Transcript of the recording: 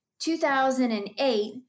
2008